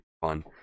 fun